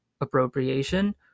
appropriation